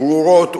ברורות ומוגמרות,